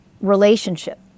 relationship